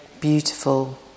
beautiful